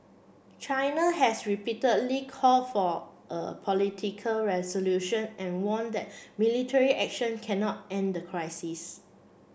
China has repeatedly called for a political resolution and warned military action cannot end the crisis